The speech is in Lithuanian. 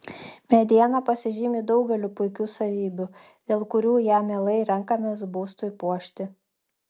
mediena pasižymi daugeliu puikių savybių dėl kurių ją mielai renkamės būstui puošti